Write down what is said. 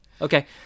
Okay